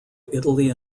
italy